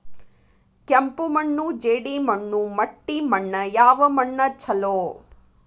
ಕೆಂಪು ಮಣ್ಣು, ಜೇಡಿ ಮಣ್ಣು, ಮಟ್ಟಿ ಮಣ್ಣ ಯಾವ ಮಣ್ಣ ಛಲೋ?